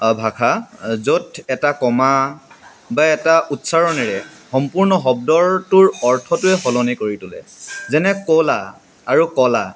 ভাষা য'ত এটা কমা বা এটা উচ্চাৰণৰে সম্পূৰ্ণ শব্দটোৰ অৰ্থটোৱেই সলনি কৰি তোলে যেনে ক'লা আৰু কলা